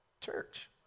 church